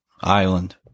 island